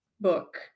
book